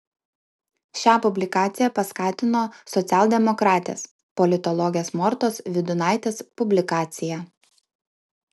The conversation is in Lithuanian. šią publikaciją paskatino socialdemokratės politologės mortos vydūnaitės publikacija